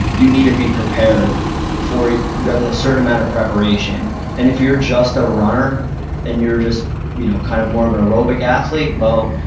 you need to be prepared for, you you have to have certain amount of preparation and if you're just a runner and you're just you know kind of more of an aerobic athlete, well,